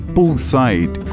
Poolside